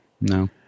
no